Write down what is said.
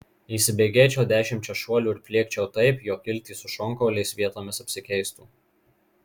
įsibėgėčiau dešimčia šuolių ir pliekčiau taip jog iltys su šonkauliais vietomis apsikeistų